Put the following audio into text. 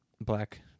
Black